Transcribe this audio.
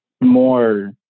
more